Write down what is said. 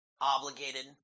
obligated